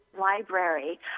library